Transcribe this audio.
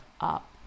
up